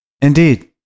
Indeed